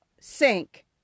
sink